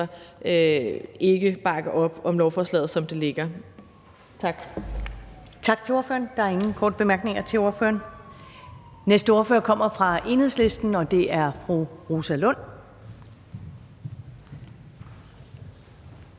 ikke bakke op om lovforslaget, som det ligger. Tak.